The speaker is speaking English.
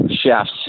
chefs